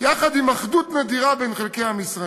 יחד עם אחדות נדירה של חלקי עם ישראל.